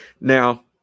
Now